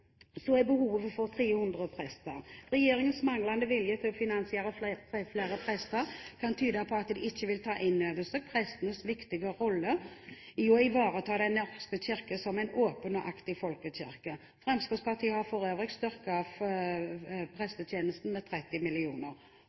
er behovet 300 prester. Regjeringens manglende vilje til å finansiere flere prester kan tyde på at de ikke vil ta inn over seg prestenes viktige rolle i å ivareta Den norske kirke som en åpen og aktiv folkekirke. Fremskrittspartiet har for øvrig styrket prestetjenesten med 30